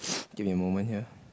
give me a moment here